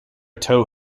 tow